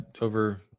over